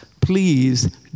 Please